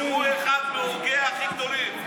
שהוא אחד מהוגיה הכי גדולים.